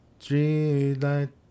Streetlight